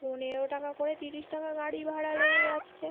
পনেরো টাকা করে তিরিশ টাকা গাড়ি ভাড়া লেগে যাচ্ছে